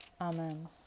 Amen